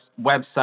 website